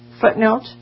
Footnote